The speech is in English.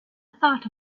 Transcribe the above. thought